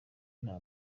nta